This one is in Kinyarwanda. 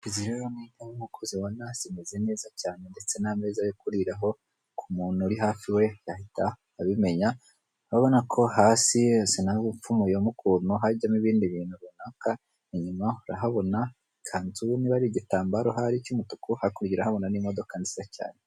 Izi ntebe nkuko uzibona zimeze neza cyane ndetse n'ameza yo kuriraho ku muntu uri hafi we yahita abimenya, abona ko hasi hasa nahapfumuyemo ukuntu, hajyamo ibindi bintu runaka inyuma urahabona ikanzu niba ari igitambaro ahari cy'umutuku, hakurya urahabona n'imodoka nziza cyane.